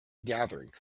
gathering